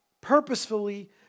purposefully